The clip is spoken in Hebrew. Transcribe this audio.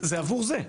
זה עבור זה.